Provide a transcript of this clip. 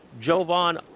Jovan